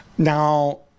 Now